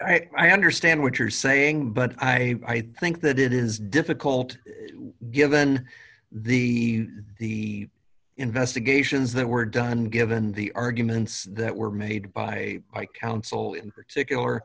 life i understand what you're saying but i think that it is difficult given the the investigations that were done given the arguments that were made by my counsel in particular